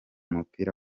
mupira